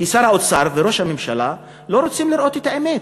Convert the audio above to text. כי שר האוצר וראש הממשלה לא רוצים לראות את האמת,